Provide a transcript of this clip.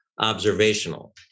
observational